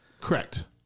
Correct